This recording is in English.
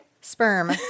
sperm